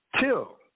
till